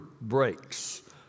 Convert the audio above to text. breaks